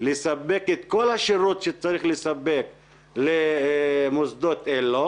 לספק את כל השירות שצריך לספק למוסדות אלו,